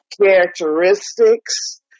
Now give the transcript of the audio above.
characteristics